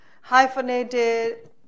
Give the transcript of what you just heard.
hyphenated